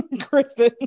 Kristen